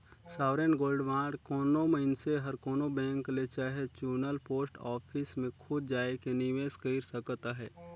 sovereign gold bond कोनो मइनसे हर कोनो बेंक ले चहे चुनल पोस्ट ऑफिस में खुद जाएके निवेस कइर सकत अहे